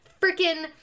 freaking